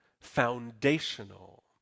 foundational